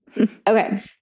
Okay